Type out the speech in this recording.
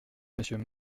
monsieur